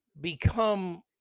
become